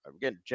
again